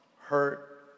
hurt